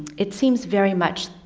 it seems very much.